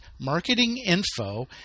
marketinginfo